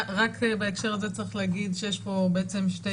רק בהקשר הזה צריך להגיד שיש פה שתי